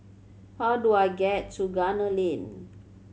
how do I get to Gunner Lane